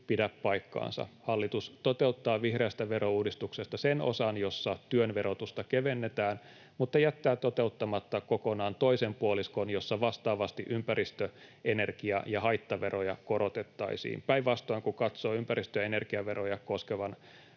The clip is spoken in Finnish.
pidä paikkaansa. Hallitus toteuttaa vihreästä verouudistuksesta sen osan, jossa työn verotusta kevennetään, mutta jättää toteuttamatta kokonaan toisen puoliskon, jossa vastaavasti ympäristö‑, energia‑ ja haittaveroja korotettaisiin. Päinvastoin, kun katsoo ympäristö‑ ja energiaveroja koskevan